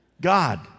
God